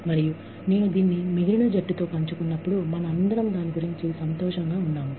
మరియునేను దీన్ని మిగిలిన జట్టుతో పంచుకున్నప్పుడు మనమందరం దాని గురించి సంతోషంగా ఉన్నాము